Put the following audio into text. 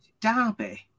Derby